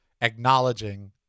acknowledging